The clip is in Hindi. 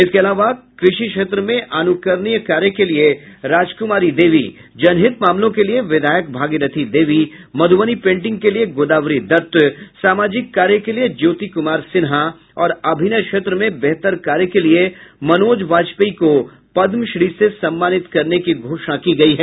इसके अलावा कृषि क्षेत्र में अनुकरणीय कार्य के लिये राजकुमारी देवी जनहित मामलों के लिये विधायक भागीरथी देवी मध्रबनी पेंटिंग के लिये गोदावरी दत्त सामाजिक कार्य के लिये ज्योति कुमार सिन्हा और अभिनय क्षेत्र में बेहतर कार्य के लिये मनोज वाजपेयी को पद्म श्री से सम्मानित करने की घोषणा की गयी है